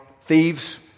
thieves